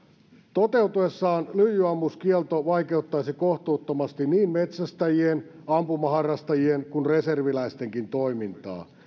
toteutuessaan lyijyammuskielto vaikeuttaisi kohtuuttomasti niin metsästäjien ampumaharrastajien kuin reserviläistenkin toimintaa